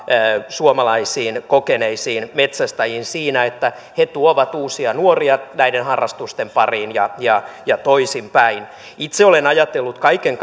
suomalaisiin kokeneisiin metsästäjiin siinä että he tuovat uusia nuoria näiden harrastusten pariin ja ja toisinpäin itse olen ajatellut kaiken